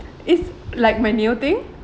it's like my nail thing